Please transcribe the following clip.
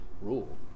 rule